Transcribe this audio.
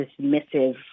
dismissive